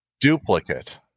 duplicate